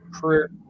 career